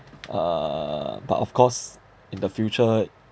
uh but of course in the future